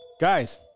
Guys